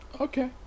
Okay